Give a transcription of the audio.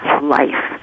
life